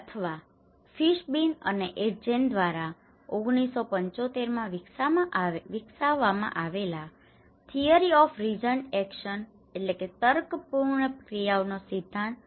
અથવા ફિશબીન અને એજેજેન દ્વારા 1975 માં વિકસવામાં આવેલ theory of reasoned action theory of reasoned actions તર્કપૂર્ણ ક્રિયાઓનો સિદ્ધાંત